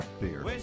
beer